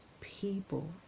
people